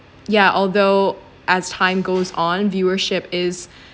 ya although as time goes on viewership is